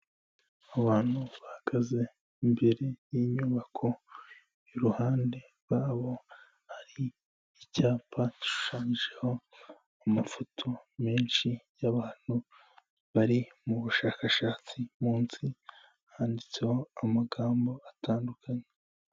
Abantu bahagaze imbere y'inyubako, iruhande rwabo, hari icyapa gishushanyijeho amafoto menshi y'abantu, bari mubushakashatsi munsi handitseho amagambo atandukanye.